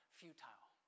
futile